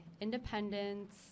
independence